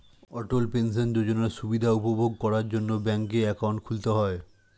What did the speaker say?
অটল pension যোজনার সুবিধা উপভোগ করার জন্যে ব্যাংকে অ্যাকাউন্ট খুলতে হয়